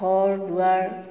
ঘৰ দুৱাৰ